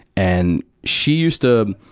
and she used to,